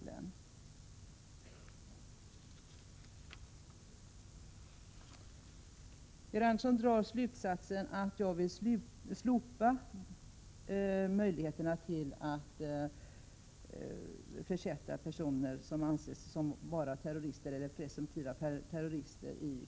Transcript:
Georg Andersson drar slutsatsen att jag vill slopa möjligheten att besluta om kommunarrest för personer som anses vara terrorister eller presumtiva terrorister.